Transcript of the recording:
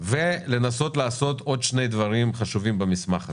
ולעשות עוד שני דברים חשובים במסמך הזה,